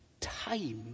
time